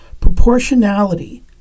proportionality